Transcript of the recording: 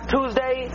Tuesday